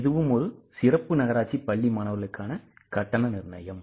இதுவும் ஒரு சிறப்பு நகராட்சி பள்ளி மாணவர்களுக்கான விலை நிர்ணயம்